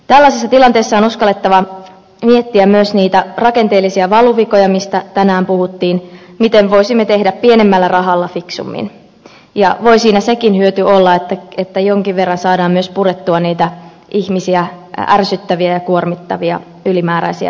tällaisessa tilanteessa on uskallettava miettiä myös niitä rakenteellisia valuvikoja joista tänään puhuttiin miten voisimme tehdä pienemmällä rahalla fiksummin ja voi siinä sekin hyöty olla että jonkin verran saadaan myös purettua niitä ihmisiä ärsyttäviä ja kuormittavia ylimääräisiä hallinnollisia rakenteita